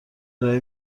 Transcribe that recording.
ارائه